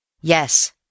Yes